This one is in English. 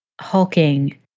hulking